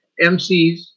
MCs